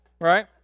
right